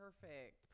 perfect